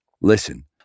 Listen